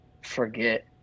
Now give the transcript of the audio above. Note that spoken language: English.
forget